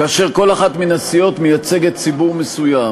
כאשר כל אחת מן הסיעות מייצגת ציבור מסוים